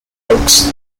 works